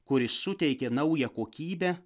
kuris suteikė naują kokybę